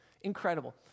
incredible